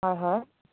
হয় হয়